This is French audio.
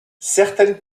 certaines